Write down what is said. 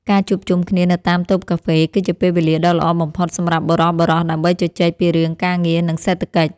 ការជួបជុំគ្នានៅតាមតូបកាហ្វេ គឺជាពេលវេលាដ៏ល្អបំផុតសម្រាប់បុរសៗដើម្បីជជែកពីរឿងការងារនិងសេដ្ឋកិច្ច។